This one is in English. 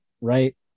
right